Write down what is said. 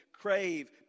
crave